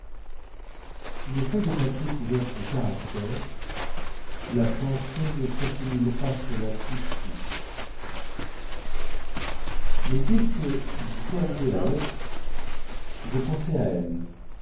une feuille de papier couverte de caractères la pensée ne s'assimile pas cela tout de suite mais dès que j'eus terminé la lettre je pensai à elle